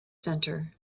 center